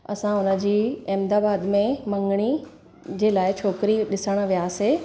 असां हुनजी अहमदाबाद में मंगड़ी जे लाइ छोकिरी ॾिसणु वियासीं